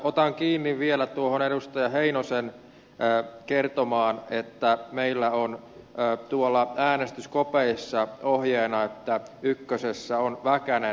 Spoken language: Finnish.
otan kiinni vielä tuosta edustaja heinosen kertomasta että meillä on äänestyskopeissa ohjeena että ykkösessä on väkänen